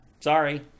Sorry